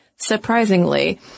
Surprisingly